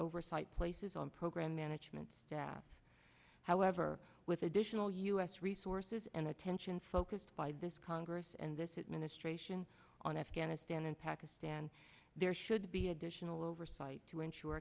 oversight places on program management staff however with additional u s resources and attention focused by this congress and this it ministration on afghanistan and pakistan there should be additional oversight to ensure